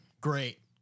Great